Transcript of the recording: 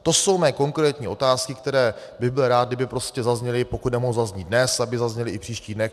To jsou mé konkrétní otázky, které bych byl rád, kdyby prostě zazněly, pokud nemohou zaznít dnes, aby zazněly i v příštích dnech.